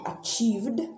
achieved